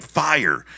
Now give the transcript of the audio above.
fire